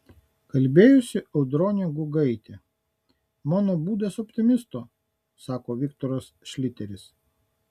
kalbėjosi audronė guigaitė mano būdas optimisto sako viktoras šliteris